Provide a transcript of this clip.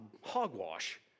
hogwash